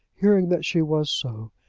hearing that she was so,